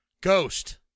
ghost